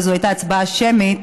וזו הייתה הצבעה שמית.